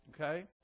okay